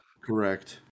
Correct